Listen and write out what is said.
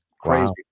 crazy